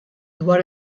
dwar